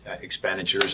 expenditures